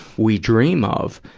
we dream of.